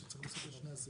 בן.